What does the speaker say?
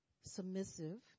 submissive